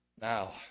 now